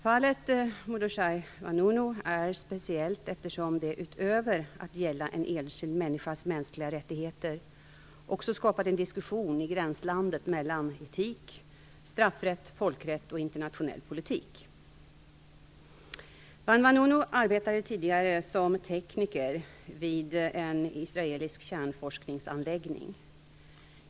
Fallet Mordechai Vanunu är speciellt, eftersom det utöver att gälla en enskild människas mänskliga rättigheter också skapat en diskussion i gränslandet mellan etik, straffrätt, folkrätt och internationell politik. Vanunu arbetade tidigare som tekniker vid en israelisk kärnforskningsanläggning.